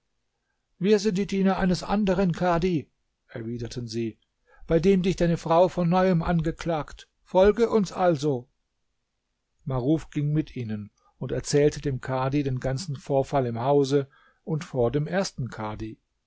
wir sind die diener eines anderen kadhi erwiderten sie bei dem dich deine frau von neuem angeklagt folge uns also maruf ging mit ihnen und erzählte dem kadhi den ganzen vorfall im hause und vor dem ersten kadhi